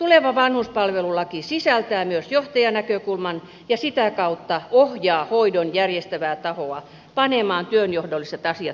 tuleva vanhuspalvelulaki sisältää myös johtajanäkökulman ja sitä kautta ohjaa hoidon järjestävää tahoa panemaan työnjohdolliset asiat kuntoon